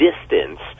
distance